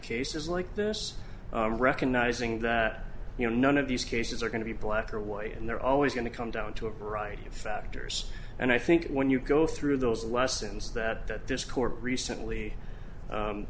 cases like this recognizing that you know none of these cases are going to be black or white and they're always going to come down to a variety of factors and i think when you go through those lessons that that this court recently